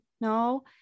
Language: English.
no